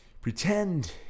pretend